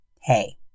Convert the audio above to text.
Hey